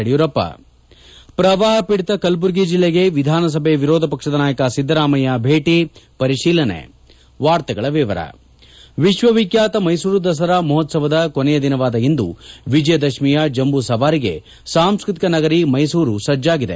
ಯಡಿಯೂರಪ್ಪ ಪ್ರವಾಹ ಪೀಡಿತ ಕಲಬುರಗಿ ಜಿಲ್ಲೆಗೆ ವಿಧಾನಸಭೆ ವಿರೋಧ ಪಕ್ವದ ನಾಯಕ ು ಸಿದ್ದರಾಮಯ್ಯ ಭೇಟಿ ಪರಿಶೀಲನೆ ವಿಶ್ವವಿಖ್ಯಾತ ಮೈಸೂರು ದಸರಾ ಮಹೋತ್ವವದ ಕೊನೆಯ ದಿನವಾದ ಇಂದು ವಿಜಯದಶಮಿಯ ಜಂಬೂಸವಾರಿಗೆ ಸಾಂಸ್ಕೃತಿಕ ನಗರಿ ಮೈಸೂರು ಸಜ್ಜಾಗಿದೆ